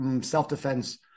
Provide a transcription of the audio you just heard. self-defense